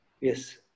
Yes